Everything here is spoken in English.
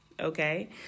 Okay